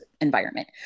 environment